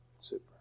Super